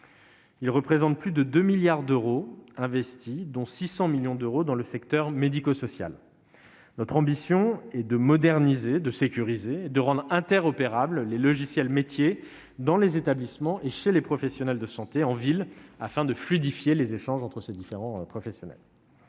de santé : plus de 2 milliards d'euros seront investis, dont 600 millions d'euros dans le seul secteur médico-social. Notre ambition est de moderniser, de sécuriser et de rendre interopérables les logiciels métiers dans les établissements et chez les professionnels de santé en ville, afin de fluidifier les échanges. Le troisième repose